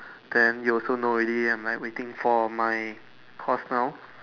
then you also know already and I'm waiting for my course now